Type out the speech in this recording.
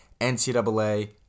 ncaa